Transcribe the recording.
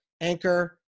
Anchor